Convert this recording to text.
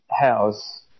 house